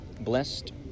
Blessed